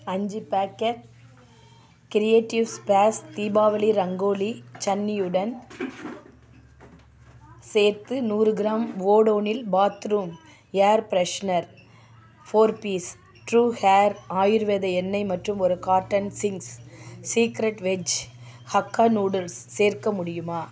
அஞ்சு packet creatives space Deepavali rangoli சன்னியுடன் சேர்த்து நூறு கிராம் ஓடோனில் bathroom air freshener four piece true hair Ayurveda எண்ணெய் மற்றும் ஒரு carton Ching's secret veg hakka noodles சேர்க்க முடியுமா